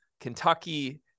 Kentucky